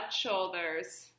shoulders